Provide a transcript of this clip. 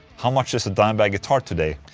how much just a dimebag guitar today?